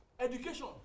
Education